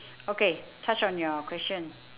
okay touch on your question